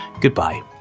Goodbye